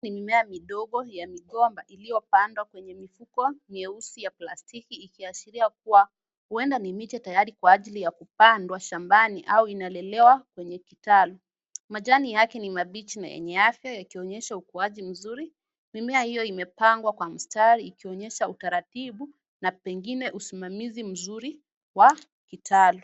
Ni mimea midogo ya migomba iliyopandwa kwenye mifuko nyeusi ya plastiki ikiashiria kuwa huenda ni miche tayari kwa ajili ya kupandwa shambani au inalelewa kwenye kitalu. Majani yake ni mabichi na yenye afya yakionyesha ukuaji mzuri. Mimea hiyo imepangwa kwa mistari ikionyesha utaratibu na pengine usimamizi mzuri wa kitalu.